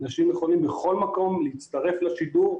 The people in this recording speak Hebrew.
אנשים יכולים בכל מקום להצטרף לשידור,